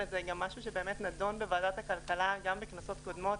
זה משהו שנדון בוועדת הכלכלה גם בכנסות קודמות,